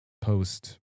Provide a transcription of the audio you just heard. post